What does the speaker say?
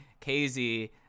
kz